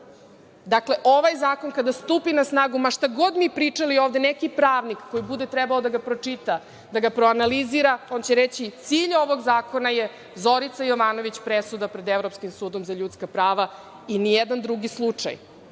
ovaj zakon, kada stupi na snagu, ma šta god mi pričali ovde, neki pravnik koji bude trebao da ga pročita, da ga proanalizira, on će reći – cilj ovog zakona je Zorica Jovanović, presuda pred Evropskim sudom za ljudska prava i ni jedan drugi slučaj. Ovde